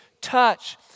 touch